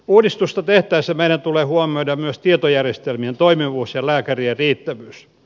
uudistusta tehtäessä meidän tulee huomioida myös tietojärjestelmien toimivuus ja lääkärien riittävyys